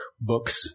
books